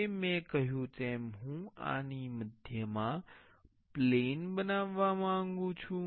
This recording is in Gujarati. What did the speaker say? હવે મેં કહ્યું તેમ હું આની મધ્યમાં પ્લેન બનાવવા માંગુ છું